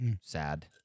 Sad